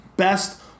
best